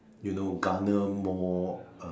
you know garner more